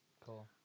Cool